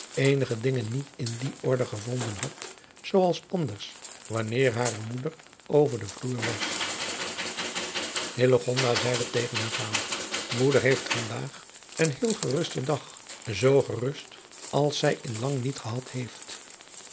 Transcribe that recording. eenige dingen niet in die orde gevonden had zoo als anders wanneer hare moeder over den vloer was hillegonda zeide tegen haar vader moeder heeft van daag een heel gerusten dag zoo gerust als zij in lang niet gehad heeft